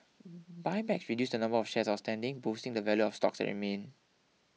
buybacks reduce the number of shares outstanding boosting the value of stock that remain